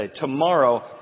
Tomorrow